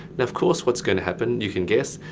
now of course what's going to happen you can guess,